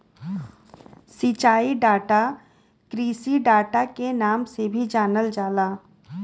सिंचाई डाटा कृषि डाटा के नाम से भी जानल जाला